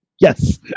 Yes